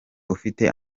ufite